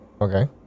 Okay